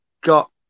got